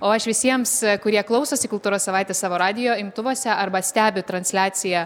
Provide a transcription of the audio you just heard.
o aš visiems kurie klausosi kultūros savaitės savo radijo imtuvuose arba stebi transliaciją